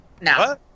No